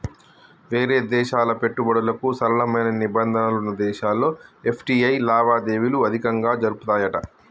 వేరే దేశాల పెట్టుబడులకు సరళమైన నిబంధనలు వున్న దేశాల్లో ఎఫ్.టి.ఐ లావాదేవీలు అధికంగా జరుపుతాయట